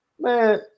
Man